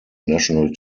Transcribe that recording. national